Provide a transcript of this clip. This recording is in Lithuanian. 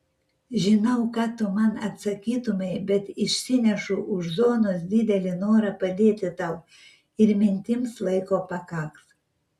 žinau ką tu man atsakytumei bet išsinešu už zonos didelį norą padėti tau ir mintims laiko pakaks